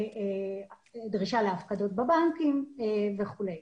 דרישה להפקדות בבנקים וכולי.